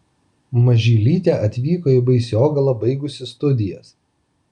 mažylytė atvyko į baisogalą baigusi studijas